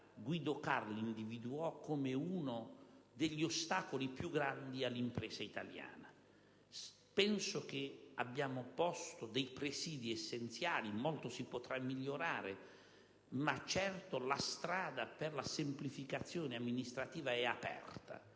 Guido Carli individuò come uno degli ostacoli più grandi per l'impresa italiana. Penso che siano stati posti dei presidi essenziali. Molto si potrà migliorare, ma certo la strada per la semplificazione amministrativa è aperta,